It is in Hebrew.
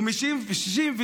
מ-67'